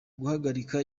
guhagarika